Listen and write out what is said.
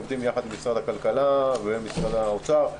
עובדים ביחד עם משרד הכלכלה ומשרד האוצר.